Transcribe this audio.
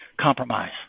compromise